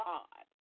God